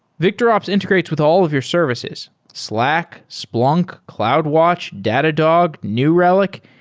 victorops integrates with all of your services slack, splunk, cloudwatch, datadog, new relic,